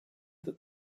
that